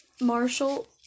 Marshall